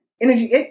Energy